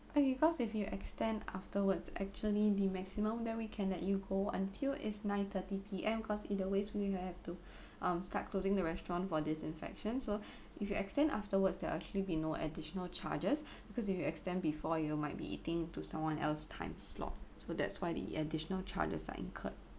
okay cause if you extend afterwards actually the maximum then we let you go until is nine thirty P_M cause either ways we will have to um start closing the restaurant for disinfection so if you extend afterwards there'll actually be no additional charges because if you extend before you might be eating into someone else time slot so that's why the additional charges are incurred